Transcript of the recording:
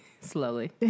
slowly